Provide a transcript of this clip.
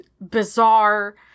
bizarre